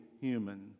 human